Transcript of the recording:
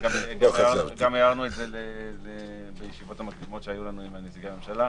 וגם הערנו את זה בישיבות המקדימות שהיו לנו עם נציגי הממשלה.